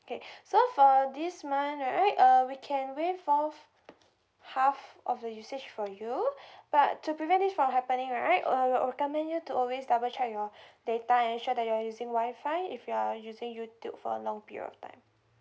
K so for this month right uh we can waive off half of the usage for you but to prevent it from happening right uh I'll recommend you to always double check your data ensure that you're using Wi-Fi if you are using youtube for a long period of time